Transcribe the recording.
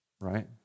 right